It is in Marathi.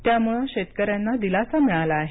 त्यामुळे शेतकऱ्यांना दिलासा मिळाला आहे